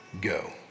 go